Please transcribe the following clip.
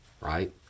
right